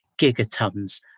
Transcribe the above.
gigatons